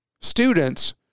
students